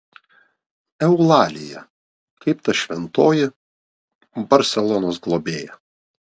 eulalija kaip ta šventoji barselonos globėja